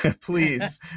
please